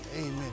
Amen